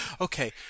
Okay